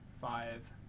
five